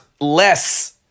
less